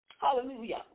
Hallelujah